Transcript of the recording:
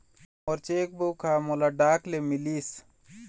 मोर cheque book ह मोला डाक ले मिलिस